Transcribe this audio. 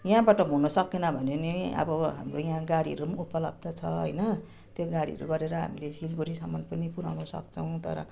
यहाँबाट हुनसकेन भने पनि अब हाम्रो यहाँ गाडीहरू पनि उपलब्ध छ होइन त्यो गाडीहरू गरेर हामीले सिलगढीसम्म पनि पुर्याउनसक्छौँ तर